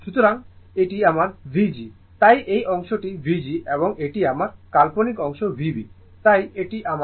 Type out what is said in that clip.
সুতরাং এটি আমার V g তাই এই অংশটি V g এবং এটি আমার কাল্পনিক অংশ Vb তাই এটি আমার Vb